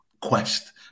quest